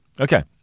Okay